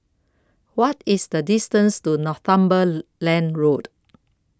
What IS The distance to Northumberland Road